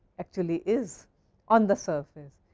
actually is on the surface,